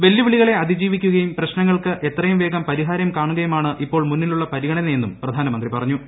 വെല്ലുവിളികളെ അതിജീവിക്കുകയും പ്രശ്നങ്ങൾക്ക് എത്രയും വേഗം പരിഹാരം കാണുകയുമാണ് ഇപ്പോൾ മൂന്നിലുള്ള പരിഗണനയെന്നും പ്രധാനമന്ത്രി പറഞ്ഞു